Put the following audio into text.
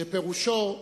שפירושו,